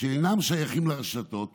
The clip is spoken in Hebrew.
שאינם שייכים לרשתות